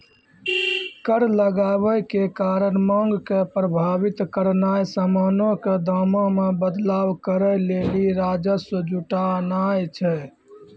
कर लगाबै के कारण मांग के प्रभावित करनाय समानो के दामो मे बदलाव करै लेली राजस्व जुटानाय छै